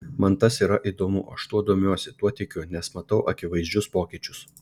man tas yra įdomu aš tuo domiuosi tuo tikiu nes matau akivaizdžius pokyčius